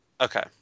Okay